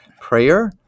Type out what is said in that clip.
prayer